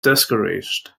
discouraged